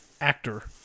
actor